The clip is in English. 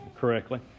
correctly